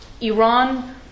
Iran